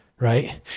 Right